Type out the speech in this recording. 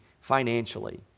financially